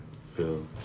feel